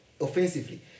offensively